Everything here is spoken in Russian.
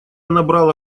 набрала